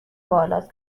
بالاست